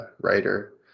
writer